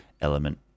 element